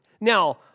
Now